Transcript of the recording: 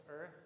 earth